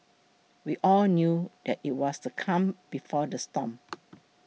we all knew that it was the calm before the storm